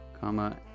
comma